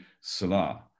Salah